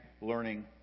learning